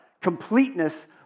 completeness